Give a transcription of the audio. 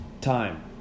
Time